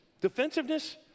Defensiveness